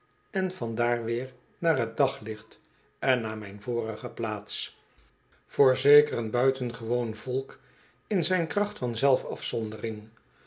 en van daar weer naar t daglicht en naar mijn vorige plaats voorzeker een buitengewoon volk in zijn kracht van